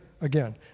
again